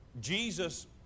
Jesus